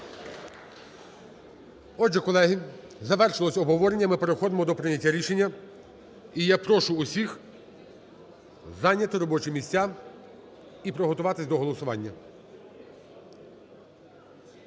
Отже, колеги, завершилося обговорення. Ми переходимо до прийняття рішення, і я прошу усіх зайняти робочі місця і приготуватися до голосування.